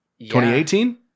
2018